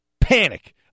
Panic